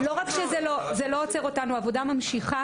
לא רק שזה לא עוצר אותנו, העבודה ממשיכה.